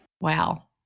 Wow